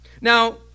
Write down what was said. Now